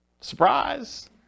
Surprise